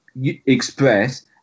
express